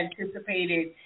anticipated